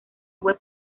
web